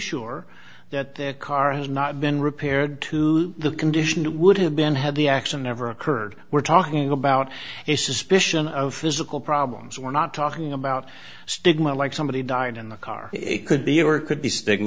sure that their car has not been repaired to the condition it would have been had the action never occurred we're talking about a suspicion of physical problems we're not talking about stigma like somebody died in the car it could be or could be sticking